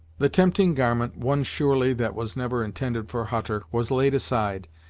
the tempting garment, one surely that was never intended for hutter, was laid aside,